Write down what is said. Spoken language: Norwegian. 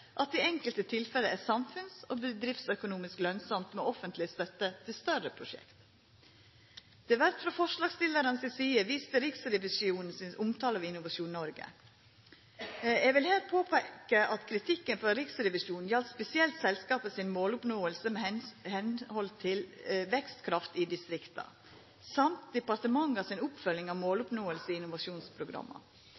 at det i enkelte tilfelle er samfunns- og bedriftsøkonomisk lønsamt med offentleg støtte til større prosjekt. Det vert frå forslagsstillarane si side vist til Riksrevisjonen sin omtale av Innovasjon Norge. Eg vil her påpeika at kritikken frå Riksrevisjonen gjaldt spesielt selskapet si måloppnåing med omsyn til vekstkraft i distrikta og departementa si oppfølging av